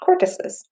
cortices